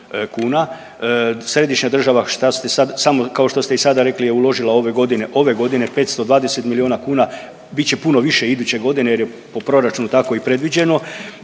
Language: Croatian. ste sad samo kao što ste i sada rekli je uložila ove godine, ove godine 520 milijuna kuna. Bit će puno više iduće godine jer je po proračunu tako i predviđeno.